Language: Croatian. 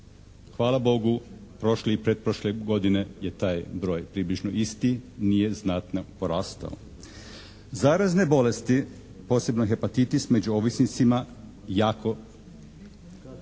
hvala Bogu prošle i pretprošle godine je taj broj približno isti, nije znatno porastao. Zarazne bolesti, posebno hepatitis među ovisnicima jako